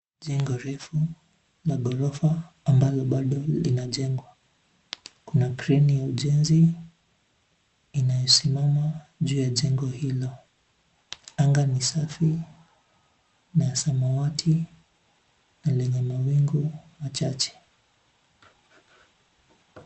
Jengo refu, la ghorofa, ambalo bado linajengwa. Kuna kreni ya ujenzi, inayosimama, juu ya jengo hilo, anga ni safi, na samawati, na lina mawingu, machache.